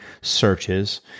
searches